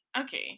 Okay